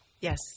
Yes